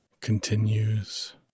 continues